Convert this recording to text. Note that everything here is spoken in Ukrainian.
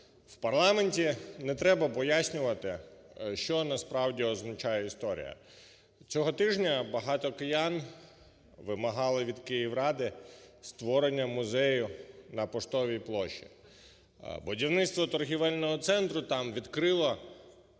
В парламенті не треба пояснювати, що насправді означає історія. Цього тижня багато киян вимагали від Київради створення музею на Поштовій площі. Будівництво торговельного центру там відкрило